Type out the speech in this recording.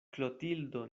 klotildo